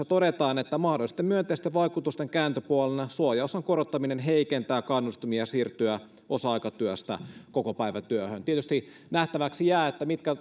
todetaan että mahdollisten myönteisten vaikutusten kääntöpuolena suojaosan korottaminen heikentää kannustimia siirtyä osa aikatyöstä kokopäivätyöhön tietysti nähtäväksi jää mitkä